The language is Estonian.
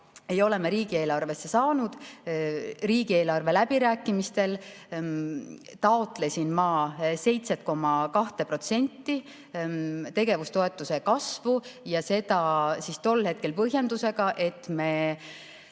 ei ole me riigieelarvesse saanud. Riigieelarve läbirääkimistel taotlesin ma 7,2% tegevustoetuse kasvu ja seda tol hetkel põhjendusega, et meil